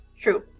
true